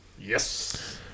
Yes